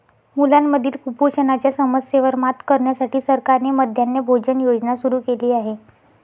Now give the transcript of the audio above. मुलांमधील कुपोषणाच्या समस्येवर मात करण्यासाठी सरकारने मध्यान्ह भोजन योजना सुरू केली आहे